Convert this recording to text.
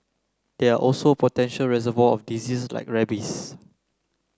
they are also potential reservoir of disease like rabies